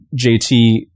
jt